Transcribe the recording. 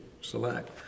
select